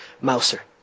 Mouser